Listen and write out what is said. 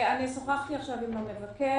אני שוחחתי עכשיו עם המבקר